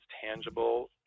tangible